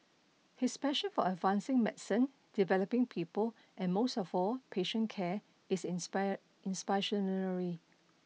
his passion for advancing medicine developing people and most of all patient care is inspire inspirational